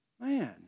Man